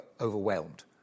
overwhelmed